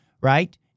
right